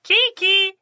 Kiki